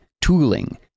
tooling